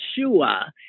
Yeshua